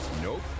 nope